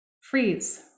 freeze